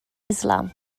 islam